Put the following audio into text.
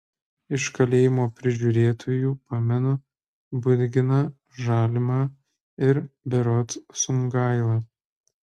iš kalėjimo prižiūrėtojų pamenu budginą žalimą ir berods sungailą